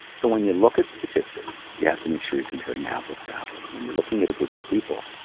so when you look at statistics, you have to make sure you're comparing apples to apples. when you're looking at a group of people,